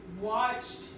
watched